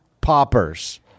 Poppers